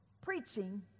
preaching